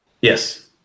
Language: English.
Yes